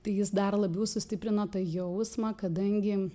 tai jis dar labiau sustiprina tą jausmą kadangi